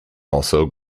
also